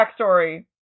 backstory